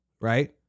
right